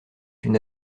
une